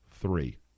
three